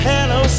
Hello